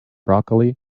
broccoli